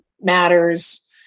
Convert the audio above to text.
matters